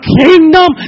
kingdom